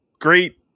great